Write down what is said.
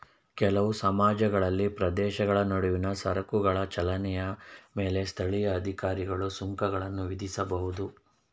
ಕೆಲವು ಸಮಾಜಗಳಲ್ಲಿ ಪ್ರದೇಶಗಳ ನಡುವಿನ ಸರಕುಗಳ ಚಲನೆಯ ಮೇಲೆ ಸ್ಥಳೀಯ ಅಧಿಕಾರಿಗಳು ಸುಂಕಗಳನ್ನ ವಿಧಿಸಬಹುದು